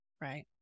right